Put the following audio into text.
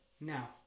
now